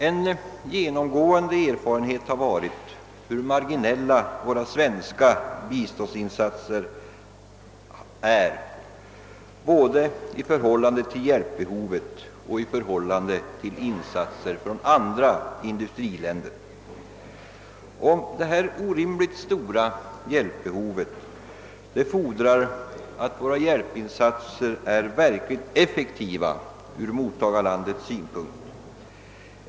En genomgående erfarenhet har varit hur marginella våra svenska biståndsinsatser är både i förhållande till hjälpbehovet och i förhållande till insatser från andra industriländer. Detta orimligt stora hjälpbehov fordrar att våra hjälpinsatser verkligen är effektiva från mottagarlandets synpunkt.